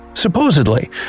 Supposedly